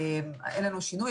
אין לנו שינוי.